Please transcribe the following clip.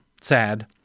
sad